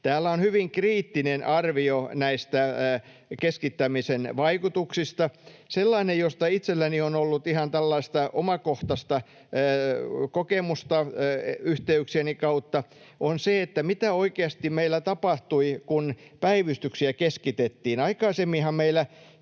Täällä on hyvin kriittinen arvio näistä keskittämisen vaikutuksista. Sellainen, josta itselläni on ollut ihan tällaista omakohtaista kokemusta yhteyksieni kautta, on se, mitä oikeasti meillä tapahtui, kun päivystyksiä keskitettiin. Aikaisemminhan meillä